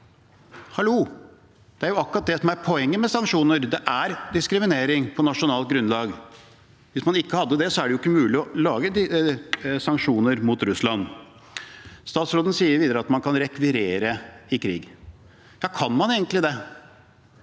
Hallo, det er jo akkurat det som er poenget med sanksjoner. Det er diskriminering på nasjonalt grunnlag. Hvis man ikke har det, er det jo ikke mulig å lage sanksjoner mot Russland. Statsråden skriver videre at man kan rekvirere i krig. Ja, kan man egentlig det?